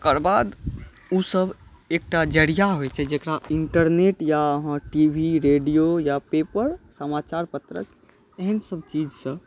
तकरबाद ओसब एकटा जरिआ होइ छै जकरा इन्टरनेट या अहाँ टी वी रेडिओ या पेपर समाचारपत्र एहनसब चीजसँ